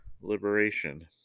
liberation